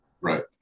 Right